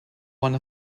one